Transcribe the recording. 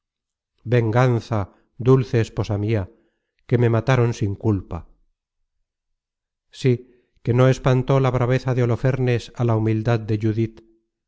venganza dulce esposa mia que me mataron sin culpa sí que no espantó la braveza de holofernes á la humildad de judit